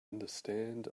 understand